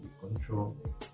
control